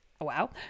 Wow